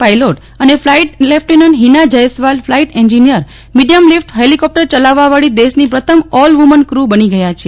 pilot અને flight lieutenant Hina Jaiswal flight engineer medium lift helicopter ચલાવવાવાળી દેશની પ્રથમ ઓલ વુમન ક્રૂ બની ગાય છે